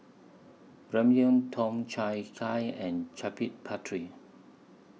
Ramyeon Tom Kha Gai and Chaat Papri